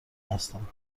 هستند